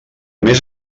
més